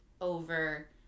over